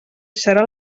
serà